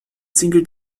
single